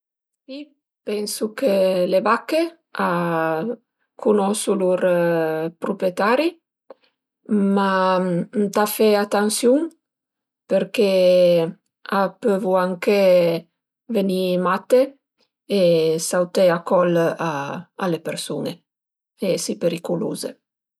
Si, pensu che le vache a cunosu lur pruprietari ma ëntà fe atansiun përché a pövu anche veni mate e sauté a col a le persun-e e esi periculuze